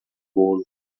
bolo